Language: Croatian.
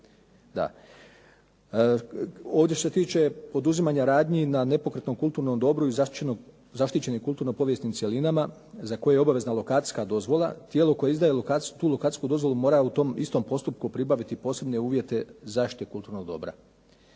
Ovdje što se tiče poduzimanja radnji na nepokretnom kulturnom dobru i zaštićenim kulturno povijesnim cjelinama, za koje je obavezna lokacijska dozvola, tijelo koje izdaje tu lokacijsku dozvolu mora u tom istom postupku pribaviti posebne uvjete zaštite kulturnog dobra.